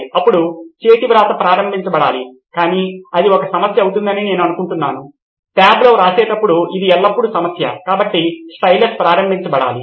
అప్పుడు చేతివ్రాత ప్రారంభించబడాలి కాని అది ఒక సమస్య అవుతుందని నేను అనుకుంటున్నాను ట్యాబ్లో వ్రాసేటప్పుడు ఇది ఎల్లప్పుడూ సమస్య కాబట్టి స్టైలస్ ప్రారంభించబడాలి